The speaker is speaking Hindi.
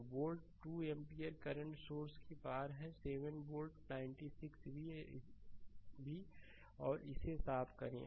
तो वोल्ट 2 एम्पीयर करंट सोर्स के पार है 7 वोल्ट पर 96 भी और इसे साफ़ करें